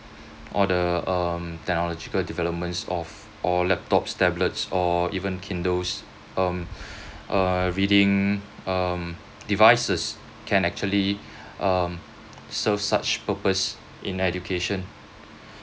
all the um technological developments of or laptops tablets or even kindles um uh reading um devices can actually um serves such purpose in education